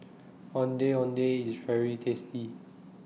Ondeh Ondeh IS very tasty